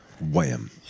wham